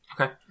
Okay